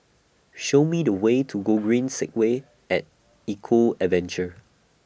Show Me The Way to Gogreen Segway At Eco Adventure